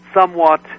somewhat